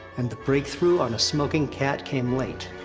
and the breakthrough on a smoking cat came late.